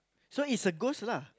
so is a ghost lah